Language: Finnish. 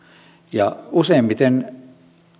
ja useimmiten